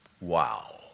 Wow